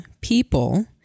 people